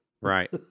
Right